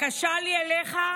בקשה לי אליך: